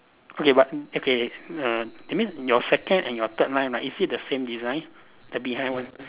okay but okay err that means your second and you third line ah is it the same design the behind one